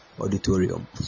auditorium